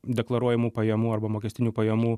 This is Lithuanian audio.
deklaruojamų pajamų arba mokestinių pajamų